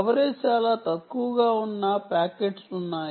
coverage చాలా తక్కువగా ఉన్న పాకెట్స్ ఉన్నాయి